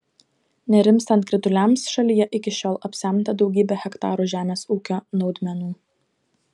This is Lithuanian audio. nerimstant krituliams šalyje iki šiol apsemta daugybė hektarų žemės ūkio naudmenų